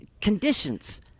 conditions